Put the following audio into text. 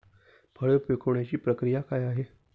फळे पिकण्याची प्रक्रिया काय आहे?